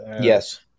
Yes